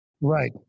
Right